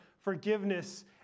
forgiveness